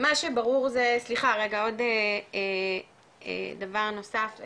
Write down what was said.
עוד דבר נוסף,